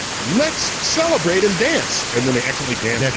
let's celebrate and dance! and then they accidentally dance